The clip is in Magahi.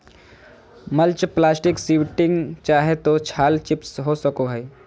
मल्च प्लास्टीक शीटिंग चाहे तो छाल चिप्स हो सको हइ